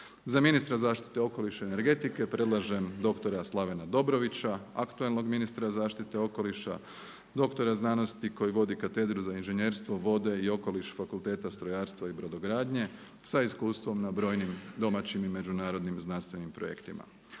Za ministra zaštite okoliša i energetike predlažem dr. Slavena Dobrovića, aktualnog ministra zaštite okoliša, dr. znanosti koji vodi katedru za inženjerstvo, vode i okoliš Fakulteta strojarstva i brodogradnje sa iskustvom na brojnim domaćim i međunarodnim znanstvenim projektima.